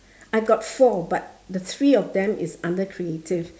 I got four but the three of them is under creative